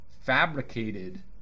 fabricated